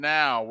now